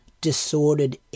disordered